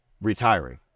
retiring